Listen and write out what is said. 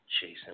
Chasing